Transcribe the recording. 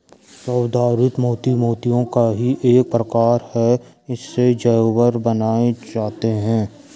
संवर्धित मोती मोतियों का ही एक प्रकार है इससे जेवर बनाए जाते हैं